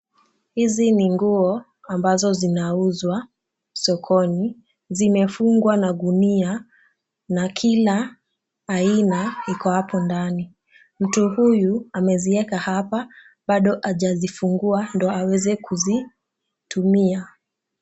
Hizi ni nguo ambazo zinauzwa sokoni, zimefungwa na gunia na kila aina iko hapo ndani. Mtu huyu amezieka hapa bado hajazifungua ndio aweze kuzitumia.